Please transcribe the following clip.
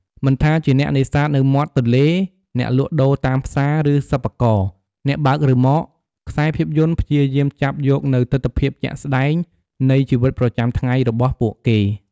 មិនថាជាអ្នកនេសាទនៅមាត់ទន្លេ អ្នកលក់ដូរតាមផ្សារ ឬសិប្បករ អ្នកបើករ៉ឺម៉ក ខ្សែភាពយន្តព្យាយាមចាប់យកនូវទិដ្ឋភាពជាក់ស្ដែងនៃជីវិតប្រចាំថ្ងៃរបស់ពួកគេ ។